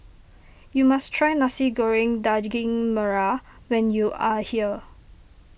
you must try Nasi Goreng Daging Merah when you are here